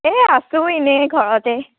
এই আছো এনেই ঘৰতে